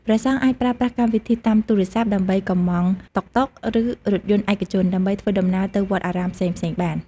ព្រះសង្ឃអាចប្រើប្រាស់កម្មវិធីតាមទូរស័ព្ទ ដើម្បីកម្មង់តុកតុក ឬ រថយន្តឯកជន ដើម្បីធ្វើដំណើរទៅវត្តអារាមផ្សេងៗបាន។